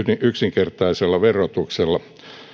yksinkertaisella verotuksella